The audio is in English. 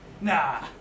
Nah